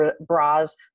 bras